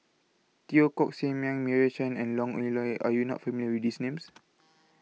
Teo Koh Sock Miang Meira Chand and Are YOU not familiar with These Names